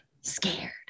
scared